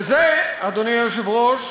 וזה, אדוני היושב-ראש,